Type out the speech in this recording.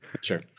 sure